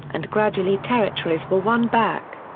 and gradually territories were won back.